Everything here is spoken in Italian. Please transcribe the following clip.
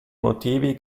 motivi